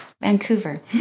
Vancouver